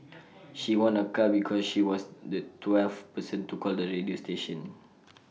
she won A car because she was the twelfth person to call the radio station